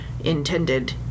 intended